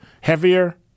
Heavier